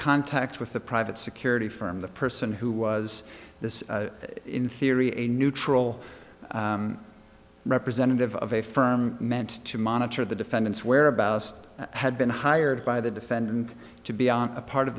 contact with the private security firm the person who was this in theory a neutral representative of a firm meant to monitor the defendant's whereabouts had been hired by the defendant to be a part of